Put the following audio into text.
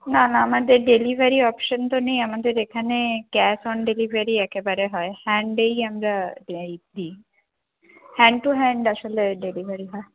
না না আমাদের ডেলিভারি অপশান তো নেই আমাদের এখানে ক্যাশ অন ডেলিভারি একেবারে হয় হ্যান্ডেই আমরা দিই হ্যান্ড টু হ্যান্ড আসলে ডেলিভারি হয়